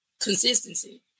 consistency